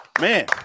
Man